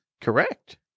Correct